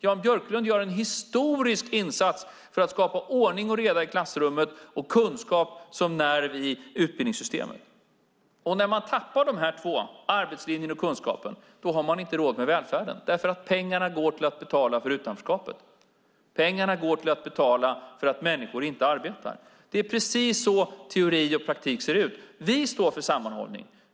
Jan Björklund gör en historisk insats för att skapa ordning och reda i klassrummet och kunskap som nerv i utbildningssystemet. När man tappar de här två, arbetslinjen och kunskapen, har man inte råd med välfärden därför att pengarna går till att betala för utanförskapet, pengarna går till att betala för att människor inte arbetar. Det är precis så teori och praktik ser ut. Vi står för sammanhållning.